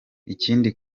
ikindi